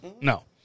no